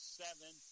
seven